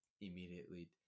immediately